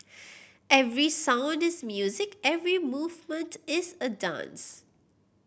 every sound is music every movement is a dance